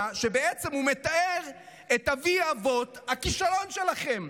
כשהוא מתאר את אבי-אבות הכישלון שלכם.